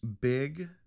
Big